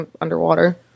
underwater